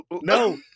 No